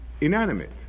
inanimate